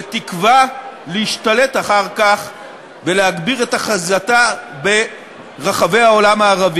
בתקווה להשתלט אחר כך ולהגביר את החזקה ברחבי העולם.